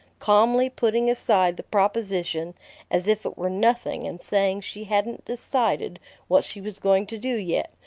calmly putting aside the proposition as if it were nothing and saying she hadn't decided what she was going to do yet,